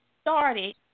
started